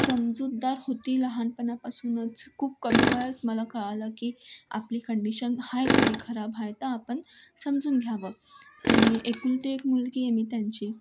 समजूतदार होती लहानपणापासूनच खूप कमी वयात मला कळलं की आपली कंडिशन आहे थोडी खराब आहे तर आपण समजून घ्यावं आणि एकुलती एक मुलगी आहे मी त्यांची